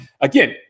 again